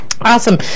Awesome